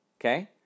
Okay